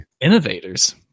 Innovators